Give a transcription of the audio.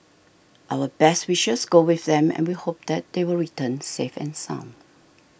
our best wishes go with them and we hope that they will return safe and sound